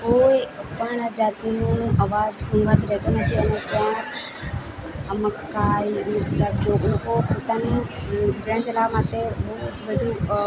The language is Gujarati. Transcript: કોઈપણ જાતનું અવાજ ઘોંઘાટ રહેતો નથી અને ત્યાં આ મકાઈને બધા લોકો પોતાનું ગુજરાન ચલાવા માટે રોજ બધું